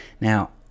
Now